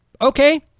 Okay